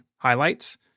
highlights